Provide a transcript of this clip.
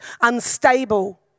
unstable